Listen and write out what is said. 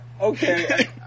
Okay